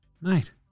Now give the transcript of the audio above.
mate